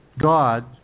god